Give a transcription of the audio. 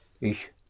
Ich